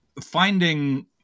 Finding